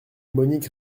monique